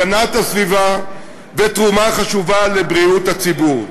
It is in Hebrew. הגנת הסביבה ותרומה חשובה לבריאות הציבור.